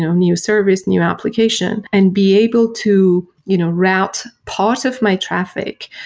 new service, new application and be able to you know route part of my traffic,